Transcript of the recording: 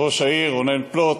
ראש העיר רונן פלוט,